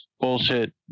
bullshit